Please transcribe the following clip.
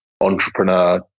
entrepreneur